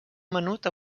menut